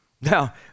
now